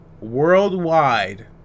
worldwide